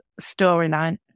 storyline